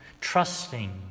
trusting